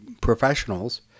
professionals